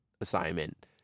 assignment